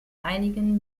einigen